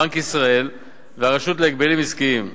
בנק ישראל והרשות להגבלים עסקיים.